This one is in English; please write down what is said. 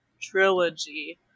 trilogy